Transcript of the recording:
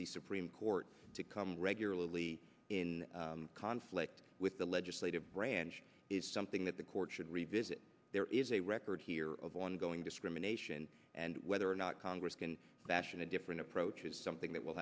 the supreme court to come regularly in conflict with the legislative branch is something that the court should revisit there is a record here of ongoing discrimination and whether or not congress can fashion a different approach is something that will